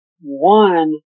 one